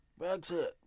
Brexit